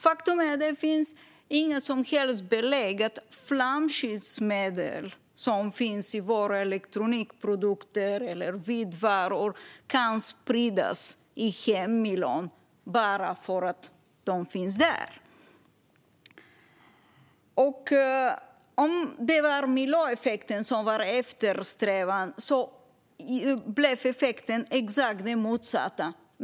Faktum är att det inte finns några som helst belägg för att flamskyddsmedel som finns i våra elektronikprodukter eller vitvaror kan spridas i hemmiljön bara för att de finns där. Om det är miljöeffekten som eftersträvas blev resultatet exakt det motsatta.